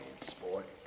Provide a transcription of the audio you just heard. Sport